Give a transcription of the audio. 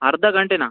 ಅರ್ಧಗಂಟೆನಾ